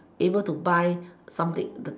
able to buy something the